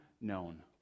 known